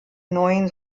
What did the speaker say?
neuen